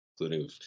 including